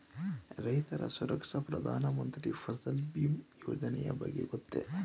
ರೈತ ಸುರಕ್ಷಾ ಪ್ರಧಾನ ಮಂತ್ರಿ ಫಸಲ್ ಭೀಮ ಯೋಜನೆಯ ಬಗ್ಗೆ ಗೊತ್ತೇ?